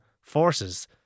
forces